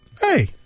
hey